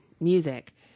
music